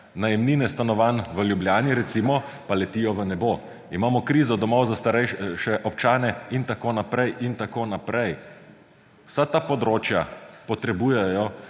najemnine stanovanj, v Ljubljani recimo, pa letijo v nebo. Imamo krizo domov za starejše občane in tako naprej in tako naprej. Vsa ta področja potrebujejo